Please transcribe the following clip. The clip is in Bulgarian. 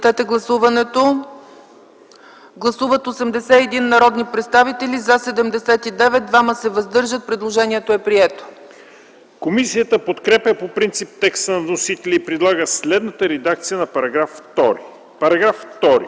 Комисията подкрепя по принцип текста на вносителя и предлага следната редакция на § 2: „§ 2.